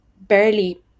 barely